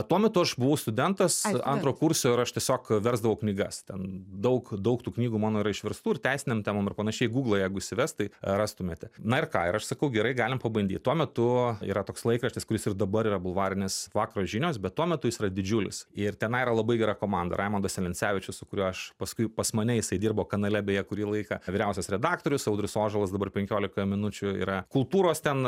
tuo metu aš buvau studentas antro kurso ir aš tiesiog versdavau knygas ten daug daug tų knygų mano yra išverstų ir teisinėm temom ir panašiai google jeigu įsivest tai rastumėte na ir ką ir aš sakau gerai galim pabandyt tuo metu yra toks laikraštis kuris ir dabar yra bulvarinis vakaro žinios bet tuo metu jis yra didžiulis ir tenai yra labai gera komanda raimundas celencevičius su kuriuo aš paskui pas mane jisai dirbo kanale beje kurį laiką vyriausias redaktorius audrius ožalas dabar penkiolika minučių yra kultūros ten